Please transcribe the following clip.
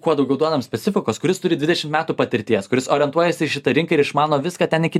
kuo daugiau duodam specifikos kuris turi dvidešim metų patirties kuris orientuojasi į šitą rinką ir išmano viską ten iki